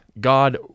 God